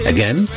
Again